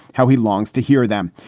how he longs to hear them.